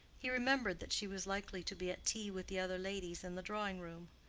he remembered that she was likely to be at tea with the other ladies in the drawing-room.